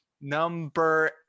number